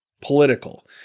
political